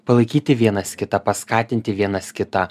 palaikyti vienas kitą paskatinti vienas kitą